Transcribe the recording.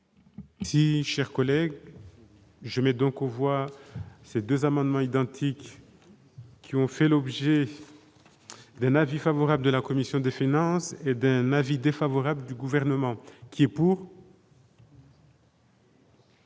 Si chers collègues, je n'ai donc on voit ces 2 amendements identiques qui ont fait l'objet d'un avis favorable de la commission des finances, et d'un avis défavorable du gouvernement qui est pour.